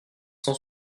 cent